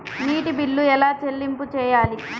నీటి బిల్లు ఎలా చెల్లింపు చేయాలి?